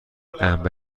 انبه